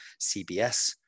CBS